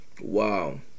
Wow